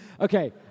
Okay